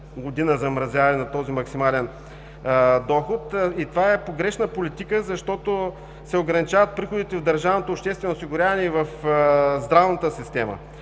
година замразяване на този максимален доход, и това е погрешна политика, защото се ограничават приходите в държавното обществено осигуряване и в здравната система.